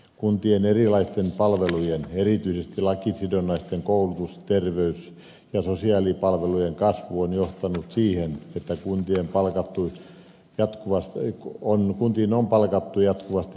kuntien erilaisten palvelujen erityisesti lakisidonnaisten koulutus terveys ja sosiaalipalvelujen kasvu on johtanut siihen että kuntien palkattu jatkuvasti yk on kuntiin on palkattu jatkuvasti lisää työvoimaa